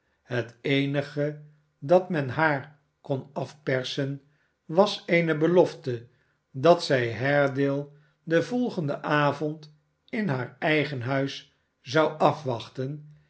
het eenige dat men haar kon afpersen was eene belofte dat zij haredale den volgenden avond in haar eigen huis zou afwachten